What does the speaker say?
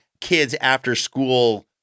kids-after-school